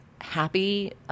happy